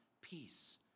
peace